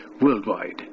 worldwide